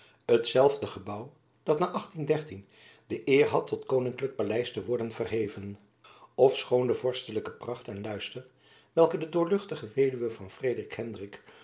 gebouw dat na de eer had tot koninklijk paleis te worden verheven ofschoon de vorstelijke pracht en luister welke de doorluchtige weduwe van